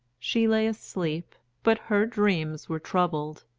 she lay asleep, but her dreams were troubled,